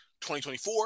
2024